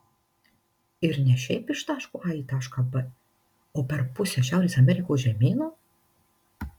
ir ne šiaip iš taško a į tašką b o per pusę šiaurės amerikos žemyno